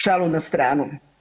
Šalu na stranu.